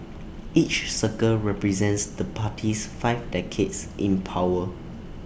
each circle represents the party's five decades in power